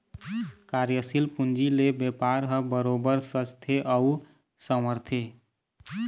कार्यसील पूंजी ले बेपार ह बरोबर सजथे अउ संवरथे